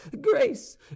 grace